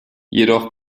jedoch